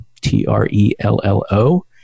T-R-E-L-L-O